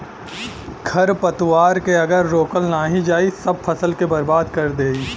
खरपतवार के अगर रोकल नाही जाई सब फसल के बर्बाद कर देई